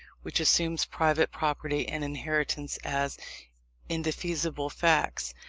which assumes private property and inheritance as indefeasible facts,